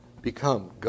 become